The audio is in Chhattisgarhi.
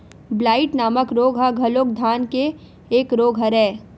ब्लाईट नामक रोग ह घलोक धान के एक रोग हरय